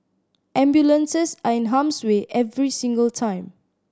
ambulances are in harm's way every single time